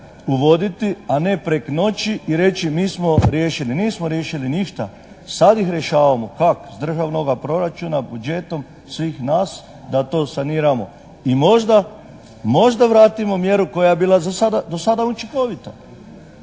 uvoditi, a ne prek noći i reći mi smo riješili. Nismo riješili ništa. Sad ih rješavamo. Kak? Iz državnoga proračuna, budžetom svih nas da to saniramo i možda vratimo mjeru koja je bila do sada učinkovita